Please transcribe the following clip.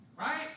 Right